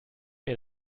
mir